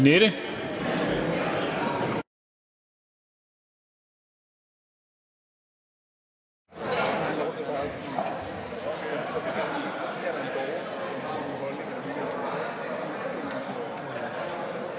Hvad er det,